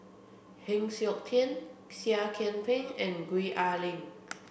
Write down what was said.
Heng Siok Tian Seah Kian Peng and Gwee Ah Leng